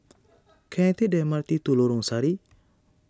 can I take the M R T to Lorong Sari